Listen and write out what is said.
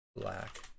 Black